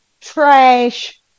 trash